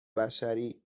بشری